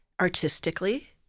artistically